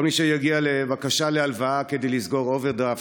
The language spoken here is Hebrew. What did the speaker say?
כל מי שיגיעו לבקשה להלוואה כדי לסגור אוברדרפט,